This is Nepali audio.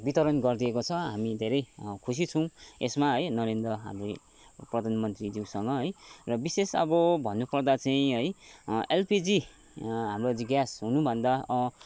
वितरण गरिदिएको छ हामी धेरै खुसी छौँ यसमा है नरेन्द्र हामी प्रधानमन्त्रीज्यूसँग है र विशेष अब भन्नुपर्दा चाहिँ है एलपिजी हाम्रो चाहिँ ग्यास हुनुभन्दा